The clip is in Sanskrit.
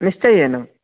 निश्चयेन